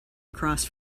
across